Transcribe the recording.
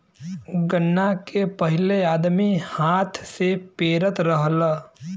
गन्ना के पहिले आदमी हाथ से पेरत रहल